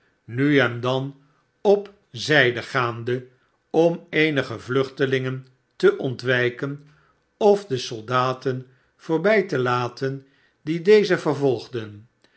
nu en dan op zijde gaande om eenige vluchtelingen te ontwijken of de soldaten voorbij te laten die dezen vervolgden